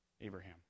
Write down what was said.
Abraham